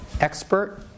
expert